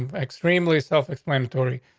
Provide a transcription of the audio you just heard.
um extremely self explanatory.